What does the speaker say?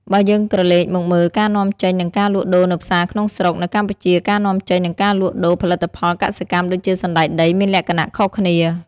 បើយើងក្រលេកមកមើលការនាំចេញនិងការលក់ដូរនៅផ្សារក្នុងស្រុក នៅកម្ពុជា ការនាំចេញ និងការលក់ដូរផលិតផលកសិកម្មដូចជាសណ្ដែកដីមានលក្ខណៈខុសគ្នា។